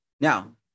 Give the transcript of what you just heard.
Now